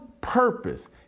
purpose